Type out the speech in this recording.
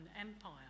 Empire